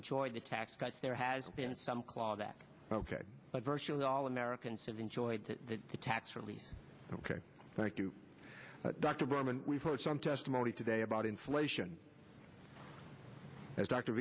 enjoyed the tax cuts there has been some claw that ok but virtually all americans have enjoyed the tax relief ok thank you dr berman we've heard some testimony today about inflation as dr